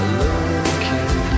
looking